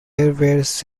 owners